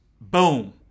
boom